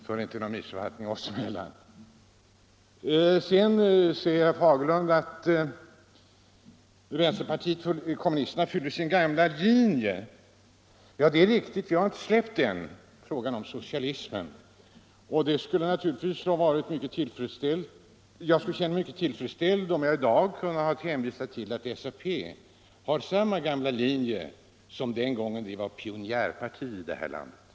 Herr Fagerlund sade att vänsterpartiet kommunisterna följer sin gamla linje. Det är riktigt. Vi har inte gått ifrån den — frågan om socialismen. Jag skulle ha känt mig mycket nöjd om jag hade kunnat hänvisa till att SAP i dag har samma gamla linje som den gången det var ett pionjärparti här i landet.